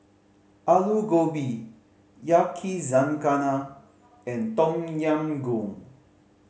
Alu Gobi Yakizakana and Tom Yam Goong